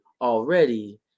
already